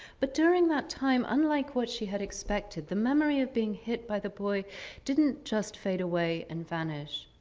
but during that time, unlike what she had expected, the memory of being hit by the boy didn't just fade away and vanish.